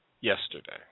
yesterday